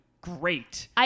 great